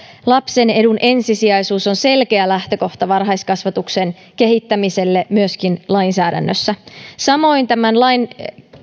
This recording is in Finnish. lapsen edun ensisijaisuus on selkeä lähtökohta varhaiskasvatuksen kehittämiselle myöskin lainsäädännössä samoin tämän lain